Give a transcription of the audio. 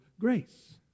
grace